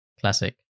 Classic